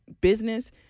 business